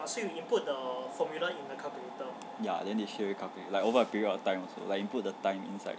ya then they straight away calculate like over a period of time also like you put the time inside